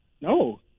No